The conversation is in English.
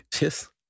Yes